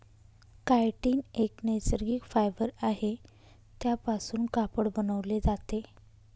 chitin एक नैसर्गिक fibre आहे त्यापासून कापड बनवले जाते